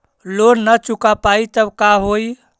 Loan न चुका पाई तब का होई?